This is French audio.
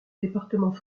département